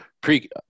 pre